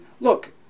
look